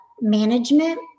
management